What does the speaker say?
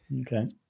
Okay